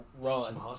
run